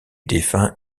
défunt